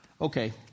Okay